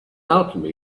alchemy